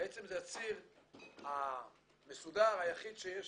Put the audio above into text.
בעצם זה הציר המסודר היחיד שיש